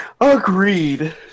Agreed